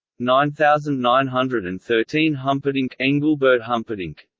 nine thousand nine hundred and thirteen humperdinck and but humperdinck